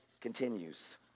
continues